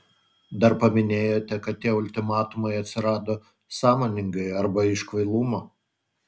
dar paminėjote kad tie ultimatumai atsirado sąmoningai arba iš kvailumo